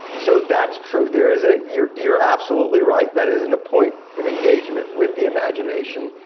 so, that true. there is a, you're you're absolutely right. that is and a point of engagement with the imagination